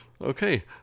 Okay